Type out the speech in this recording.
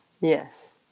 Yes